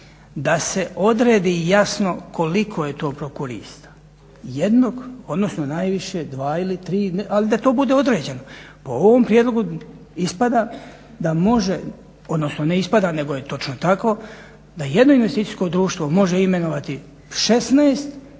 da se odredi jasno koliko je to prokurista, jednog odnosno najviše dva ili tri a da to bude određeno. Po ovom prijedlogu ispada da može, odnosno ne ispada nego je točno tako da jedno investicijsko društvo može imenovati 16